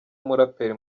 umuraperi